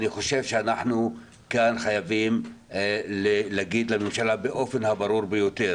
אני חושב שאנחנו כאן חייבים להגיד לממשלה באופן הברור ביותר